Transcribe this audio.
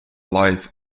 life